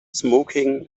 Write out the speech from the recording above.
smoking